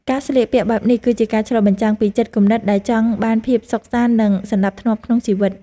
ការស្លៀកពាក់បែបនេះ គឺជាការឆ្លុះបញ្ចាំងពីចិត្តគំនិតដែលចង់បានភាពសុខសាន្តនិងសណ្តាប់ធ្នាប់ក្នុងជីវិត។